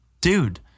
dude